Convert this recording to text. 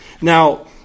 Now